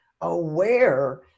aware